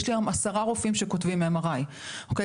יש לי היום עשרה רופאים שכותבים MRI. אוקי?